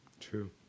True